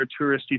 touristy